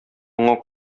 моңа